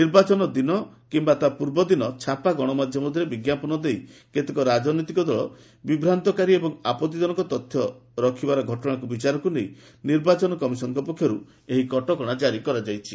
ନିର୍ବାଚନ ଦିନ କିମ୍ବା ତା' ପୂର୍ବଦିନ ଛପା ଗଣମାଧ୍ୟମରେ ବିଜ୍ଞାପନ ଦେଇ କେତେକ ରାଜନୈତିକ ଦଳ ବିଭ୍ରାନ୍ତିକର ଏବଂ ଆପଭିଜନକ ତଥ୍ୟ ରଖିଥିବାର ଘଟଣାକୁ ବିଚାରକୁ ନେଇ ନିର୍ବାଚନ କମିଶନ ପକ୍ଷରୁ ଏହି କଟକଣା ଜାରି କରାଯାଇଛି